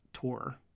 tour